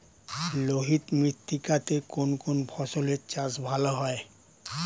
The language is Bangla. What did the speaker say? লোহিত মৃত্তিকা তে কোন কোন ফসলের চাষ ভালো হয়?